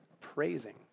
praising